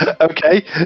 Okay